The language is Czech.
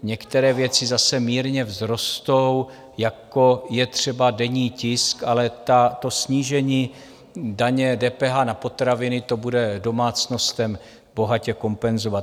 Některé věci zase mírně vzrostou, jako je třeba denní tisk, ale to snížení daně, DPH na potraviny, to bude domácnostem bohatě kompenzovat.